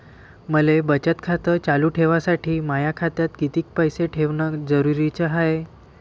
मले बचत खातं चालू ठेवासाठी माया खात्यात कितीक पैसे ठेवण जरुरीच हाय?